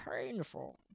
painful